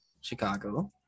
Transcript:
Chicago